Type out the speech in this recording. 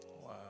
Wow